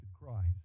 Christ